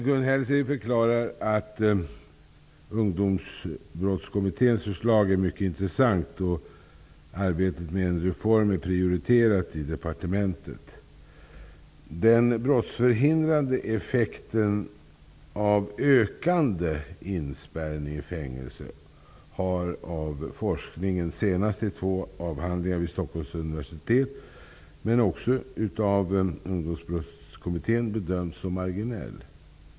Gun Hellsvik förklarar att Ungdomsbrottskommitténs förslag är mycket intressant och att arbetet med en reform är prioriterat i departementet. Den brottsförhindrande effekten av ökande inspärrning i fängelse har av forskningen, senast i två avhandlingar från Stockholms universitet och av Ungdomsbrottskommittén, bedömts som marginell.